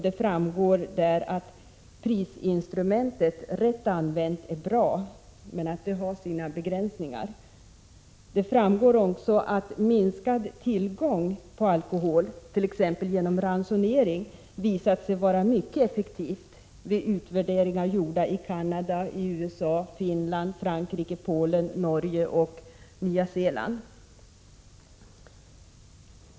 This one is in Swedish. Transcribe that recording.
Det framgår där att prisinstrumentet rätt använt är bra, men att det har sina begränsningar. Det framgår också att minskad tillgång på alkohol, t.ex. genom ransonering, visat sig vara mycket effektiv vid utvärderingar gjorda i Canada, USA, Finland, Frankrike, Polen, Norge och Nya Zeeland. Herr talman!